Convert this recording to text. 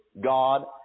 God